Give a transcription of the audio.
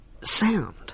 sound